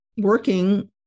working